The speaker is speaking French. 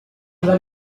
donc